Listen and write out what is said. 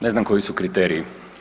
Ne znam koji su kriteriji